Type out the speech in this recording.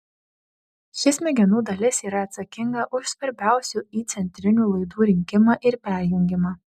ši smegenų dalis yra atsakinga už svarbiausių įcentrinių laidų rinkimą ir perjungimą